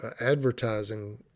advertising